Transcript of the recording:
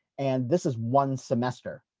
and this is one semester,